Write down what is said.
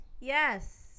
Yes